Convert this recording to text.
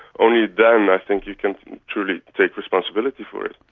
only then i think you can truly take responsibility for it.